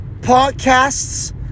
podcasts